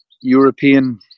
european